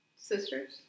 sisters